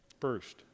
First